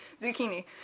zucchini